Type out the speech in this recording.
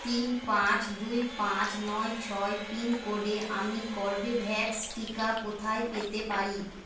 তিন পাঁচ দুই পাঁচ নয় ছয় পিনকোডে আমি কর্বেভ্যাক্স টিকা কোথায় পেতে পারি